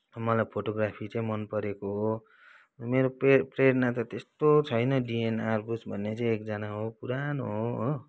मलाई फोटोग्राफी चाहिँ मनपरेको हो मेरो प्रे प्रेरणा त त्यस्तो छैन डिएन आर्बुस भन्ने चाहिँ एकजना हो पुरानो हो हो